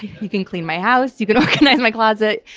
he can clean my house, you can organize my closet.